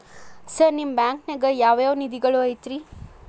Sir ನಿಮ್ಮ ಬ್ಯಾಂಕನಾಗ ಯಾವ್ ಯಾವ ನಿಧಿಗಳು ಐತ್ರಿ?